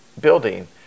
building